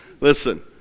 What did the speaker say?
Listen